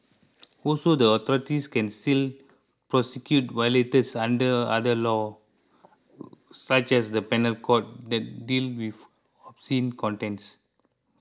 also the authorities can still prosecute violators under other laws such as the Penal Code that deal with scene content